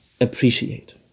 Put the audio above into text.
appreciate